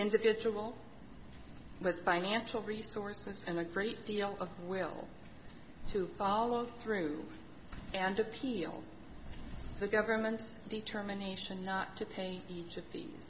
individual with financial resources and a great deal of will to follow through and appeal the government's determination not to pay